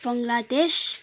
Bangladesh